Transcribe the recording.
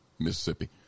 Mississippi